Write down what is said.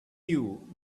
you